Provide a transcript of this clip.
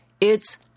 It's